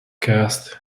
cast